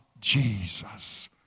Jesus